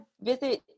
visit